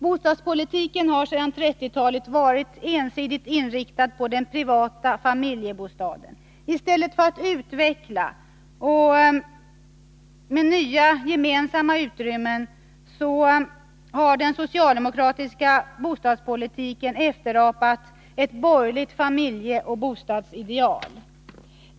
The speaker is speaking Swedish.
Bostadspolitiken har sedan 1930-talet varit ensidigt inriktad på den privata familjebostaden. I stället för att utveckla och ersätta denna med gemensamma utrymmen har den socialdemokratiska bostadspolitiken efterapat ett borgerligt familjeoch bostadsideal.